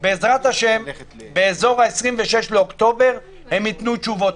בעזרת השם באזור 26 באוקטובר הם ייתנו תשובות.